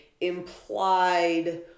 implied